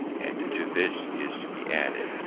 and to this is to be added,